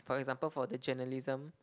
for example for the journalism